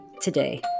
today